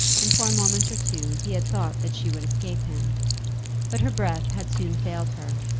and for a moment or two he had thought that she would escape him but her breath had soon failed her,